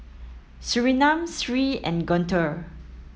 Surinam Sri and Guntur